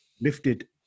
lifted